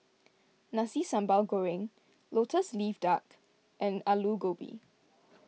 Nasi Sambal Goreng Lotus Leaf Duck and Aloo Gobi